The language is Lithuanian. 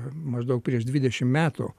maždaug prieš dvidešimt metų